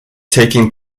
taking